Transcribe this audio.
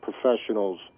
professionals